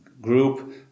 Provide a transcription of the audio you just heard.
group